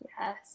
Yes